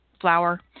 flour